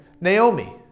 Naomi